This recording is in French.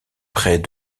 près